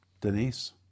Denise